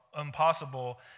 impossible